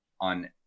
on